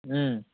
ꯎꯝ